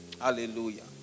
Hallelujah